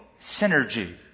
synergy